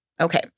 Okay